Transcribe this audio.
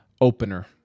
opener